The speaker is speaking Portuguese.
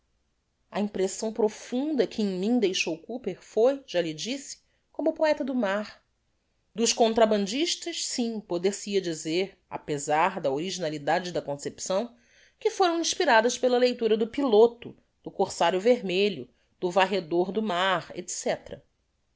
a impressão profunda que em mim deixou cooper foi já lhe disse como poeta do mar dos contrabandistas sim poder se hia dizer apezar da originalidade da concepção que foram inspiradas pela leitura do piloto do corsario vermelho do varredor do mar